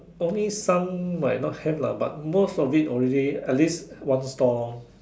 only some might not have lah but most of it already at least one stall